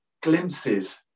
glimpses